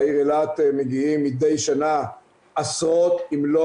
לעיר אילת מגיעים מדי שנה עשרות אם לא